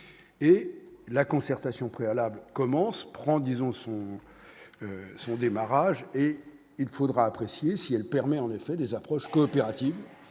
et la concertation préalable commence prendre disons son son démarrage et il faudra apprécier si elle permet, en effet, des approches coopérative